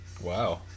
Wow